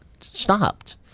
stopped